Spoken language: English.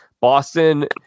Boston